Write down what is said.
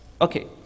Okay